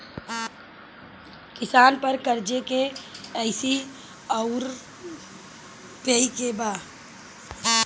किसान पर क़र्ज़े के श्रेइ आउर पेई के बा?